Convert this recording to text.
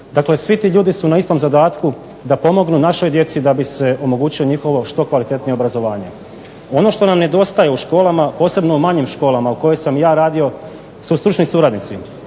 Dakle, svi ti ljudi su na istom zadatku da pomognu našoj djeci da bi se omogućilo njihovo što kvalitetnije obrazovanje. Ono što nam nedostaje u školama, posebno u manjim školama u kojima sam ja radio su stručni suradnici.